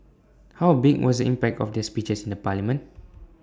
how big was impact of their speeches in the parliament